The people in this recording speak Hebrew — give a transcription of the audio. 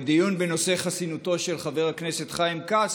בדיון בנושא חסינותו של חבר הכנסת חיים כץ,